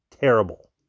terrible